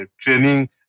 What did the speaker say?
training